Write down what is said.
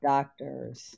Doctors